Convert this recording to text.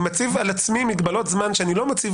אני מציב על עצמי מגבלות זמן שאני לא מציב